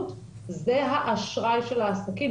ומבחינת הערכות שלנו על היקף הכלכלה השחורה בישראל,